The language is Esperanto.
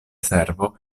servo